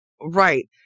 right